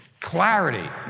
Clarity